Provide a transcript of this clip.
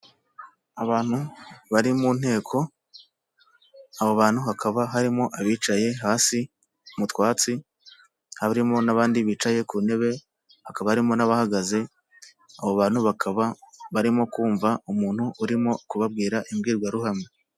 Abantu bari mu nteko abo bantu hakaba harimo abicaye hasi mutwatsi harimo n'abandi bicaye ku ntebe hakaba harimo n'abahagaze abo bantu bakaba barimo kumva umuntu urimo kubabwira imbwirwaruhame.